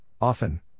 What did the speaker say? often